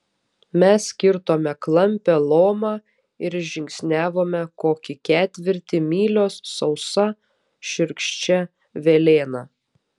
mes kirtome klampią lomą ir žingsniavome kokį ketvirtį mylios sausa šiurkščia velėna